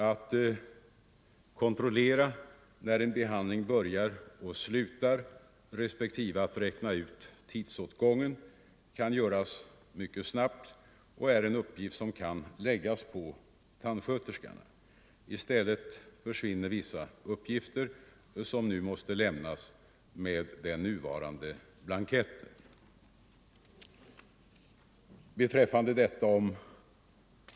Att kontrollera när en behandling börjar och slutar respektive att räkna ut tidsåtgången kan göras mycket snabbt och är en uppgift som kan läggas på tandsköterskorna. I stället försvinner viss uppgiftsskyldighet som gäller enligt den nuvarande blanketten.